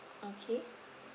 okay